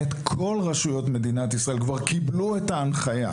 כל רשויות מדינת ישראל כבר קיבלו את ההנחיה,